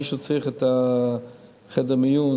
אם מישהו צריך את חדר המיון,